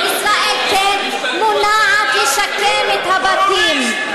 ישראל כן מונעת לשקם את הבתים.